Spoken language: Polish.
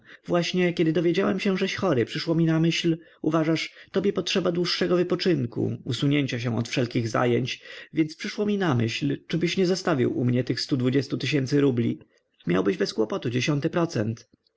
właśnie kiedy dowiedziałem się żeś chory przyszło mi na myśl uważasz tobie potrzeba dłuższego wypoczynku usunięcia się od wszelkich zajęć więc przyszło mi na myśl czybyś nie zostawił u mnie tych stu dwudziestu tysięcy rubli miałbyś bez kłopotu dziesiąty procent